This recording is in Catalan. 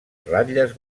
ratlles